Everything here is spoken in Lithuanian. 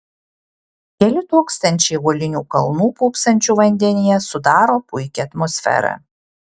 keli tūkstančiai uolinių kalnų pūpsančių vandenyje sudaro puikią atmosferą